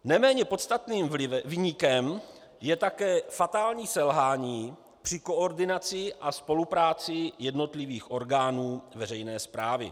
Neméně podstatným viníkem je také fatální selhání při koordinaci a spolupráci jednotlivých orgánů veřejné správy.